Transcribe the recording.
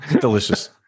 Delicious